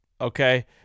okay